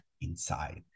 inside